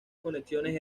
conexiones